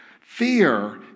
Fear